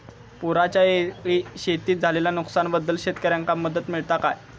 पुराच्यायेळी शेतीत झालेल्या नुकसनाबद्दल शेतकऱ्यांका मदत मिळता काय?